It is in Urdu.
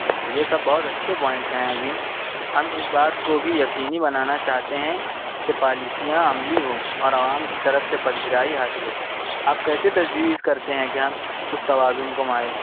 ہاں یہ سب بہت اچھے پوائنٹس ہیں عظیم ہم اس بات کو بھی یقینی بنانا چاہتے ہیں کہ پالیسیاں عملی ہوں اور عوام کی طرف سے پذیرائی حاصل ہو آپ کیسے تجویز کرتے ہیں کہ ہم اس توازن کو